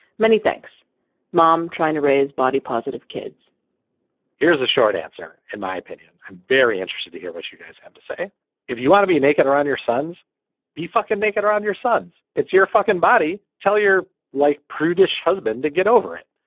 many thanks mom trying to raise body positive kids here's a short answer. in my opinion i'm very interested to hear what you guys have to say if you want to be naked around your sons you fuck and make it around your sons. it's your fucking body tell your like prudish husband to get over it